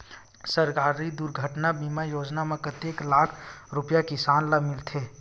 सहकारी दुर्घटना बीमा योजना म कतेक लाख रुपिया किसान ल मिलथे?